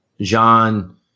Jean